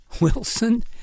Wilson